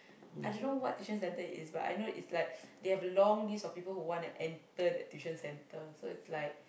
I don't know what tuition center it is but I know it's like they have long list of people who want to enter that tuition center so it's like